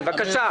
בבקשה.